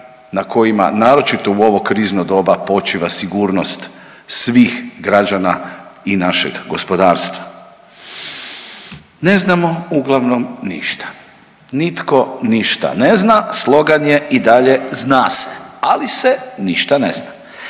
na kojima naročito u ovo krizno doba počiva sigurnost svih građana i našeg gospodarstva. Ne znamo uglavnom ništa, nitko ništa ne zna, slogan je i dalje „Zna se“, ali se ništa ne zna.